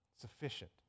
Sufficient